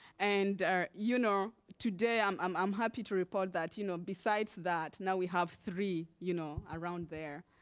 and you know today um um i'm happy to report that, you know besides that, now we have three you know around there.